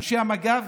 אנשי המג"ב,